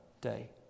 day